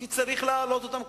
כי צריך להעלות אותם,